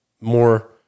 more